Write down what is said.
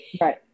Right